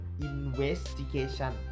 investigation